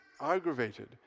aggravated